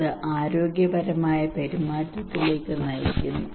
അത് ആരോഗ്യപരമായ പെരുമാറ്റത്തിലേക്ക് നയിക്കുന്നു